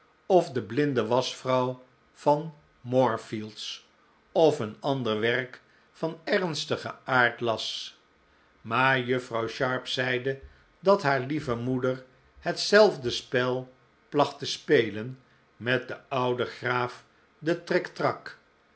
of de blinde waschvrouw van moorfields of een ander werk van ernstigen aarddas maar juffrouw sharp zeide dat haar lieve moeder hetzelfde spel placht te spelen met den'j'ouden graaf de